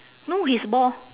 no he's bald